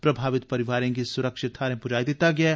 प्रभावित परिवारें गी सुरक्षित थ्हारें पुजाई दिता गेदा ऐ